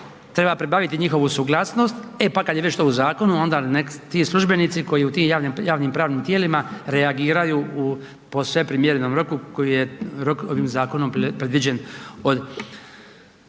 treba pribaviti njihovu suglasnost, e pa kad je već to u zakonu, onda nek ti službenici koji u tim javnim pravnim tijelima reagiraju u posve primjerenom roku koji je rok ovim zakonom predviđen od